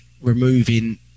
removing